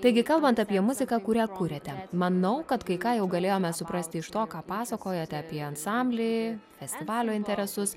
taigi kalbant apie muziką kurią kuriate manau kad kai ką jau galėjome suprasti iš to ką pasakojote apie ansamblį festivalio interesus